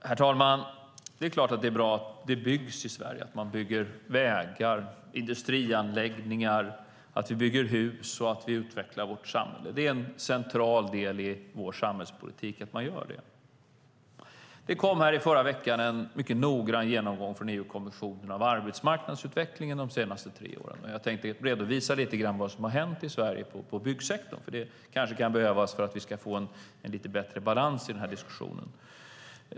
Herr talman! Det är klart att det är bra att det byggs i Sverige, att vi bygger vägar, industrianläggningar och hus och att vi utvecklar vårt samhälle. Det är en central del av vår samhällspolitik att göra detta. Det kom i förra veckan en noggrann genomgång från EU-kommissionen om arbetsmarknadsutvecklingen de senaste tre åren. Jag tänkte redovisa vad som har hänt i Sverige när det gäller byggsektorn. Det kan behövas för att vi ska få en lite bättre balans i den här diskussionen.